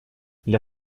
для